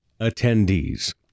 attendees